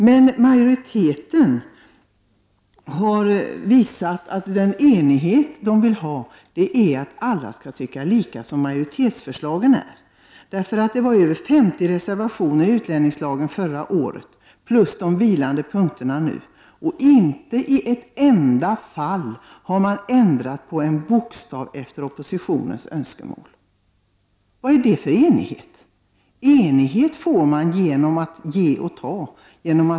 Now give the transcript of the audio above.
Men den enighet som majoriteten vill uppnå är att alla skall tycka i enlighet med majoritetsförslagen. Förra året var 50 reservationer fogade till betänkandet om utlänningslagen plus de vilande punkterna. Majoriteten har inte på en enda punkt ändrat på någon bokstav efter oppositionens önskemål. Vad är det för sorts enighet? Enighet uppnår man genom att ge och ta.